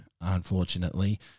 unfortunately